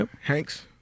Hanks